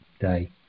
Day